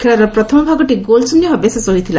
ଖେଳର ପ୍ରଥମ ଭାଗଟି ଗୋଲଶ୍ଚନ୍ୟଭାବେ ଶେଷ ହୋଇଥିଲା